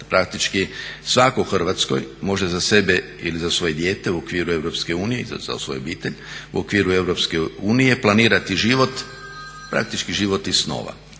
Praktički svako u Hrvatskoj može za sebe ili za svoje dijete u okviru EU i za svoju obitelj u okviru EU planirati život, praktički život iz snova